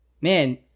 man